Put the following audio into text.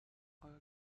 آیا